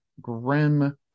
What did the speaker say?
grim